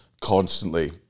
constantly